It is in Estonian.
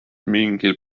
mingil